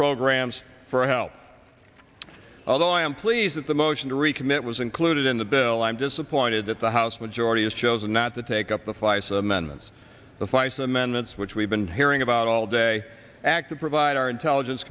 programs for help although i am pleased that the motion to recommit was included in the bill i'm disappointed that the house majority has chosen not to take up the flies unless the feis amendments which we've been hearing about all day acted provide our intelligence